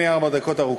תן לי ארבע דקות ארוכות,